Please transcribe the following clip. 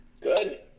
Good